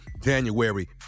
January